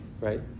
right